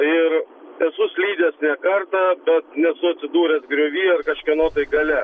ir esu slydęs ne kartą bet nesu atsidūręs griovy ar kažkieno gale